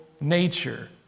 nature